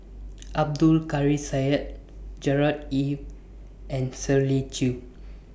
Abdul Kadir Syed Gerard Ee and Shirley Chew